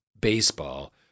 Baseball